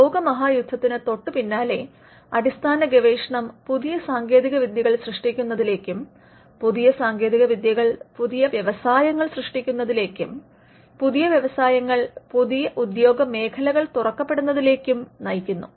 ലോകമഹായുദ്ധത്തിനു തൊട്ടുപിന്നാലെ അടിസ്ഥാന ഗവേഷണം പുതിയ സാങ്കേതികവിദ്യകൾ സൃഷ്ടിക്കുന്നതിലേക്കും പുതിയ സാങ്കേതികവിദ്യകൾ പുതിയ വ്യവസായങ്ങൾ സൃഷ്ടിക്കപെടുന്നതിലേക്കും പുതിയ വ്യവസായങ്ങൾ പുതിയ ഉദ്യോഗമേഖലകൾ തുറക്കപെടുന്നതിലേക്കും നയിക്കും